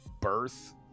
birth